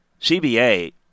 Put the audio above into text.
CBA